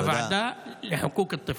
הוועדה לחוקוק א-טפל.